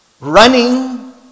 running